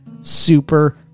Super